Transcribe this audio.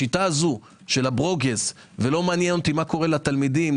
השיטה הזו של הברוגז ולא מעניין אותי מה קורה לתלמידים,